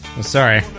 Sorry